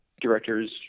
directors